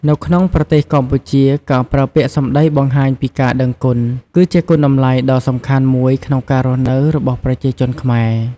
នៅក្នុងប្រទេសកម្ពុជា ការប្រើពាក្យសម្ដីបង្ហាញពីការដឹងគុណគឺជាគុណតម្លៃដ៏សំខាន់មួយក្នុងការរស់នៅរបស់ប្រជាជនខ្មែរ។